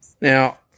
Now